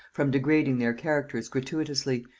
from degrading their characters gratuitously,